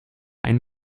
einen